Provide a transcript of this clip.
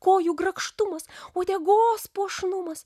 kojų grakštumas uodegos puošnumas